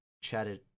chatted